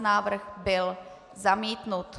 Návrh byl zamítnut.